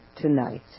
tonight